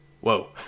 whoa